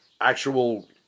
actual